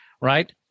right